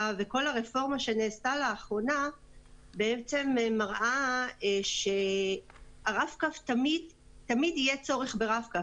והרפורמה שנעשתה לאחרונה בעצם מראה שתמיד יהיה צרוך ברב-קו.